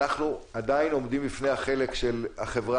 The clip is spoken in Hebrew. אנחנו עדיין עומדים לפני החלק של החברה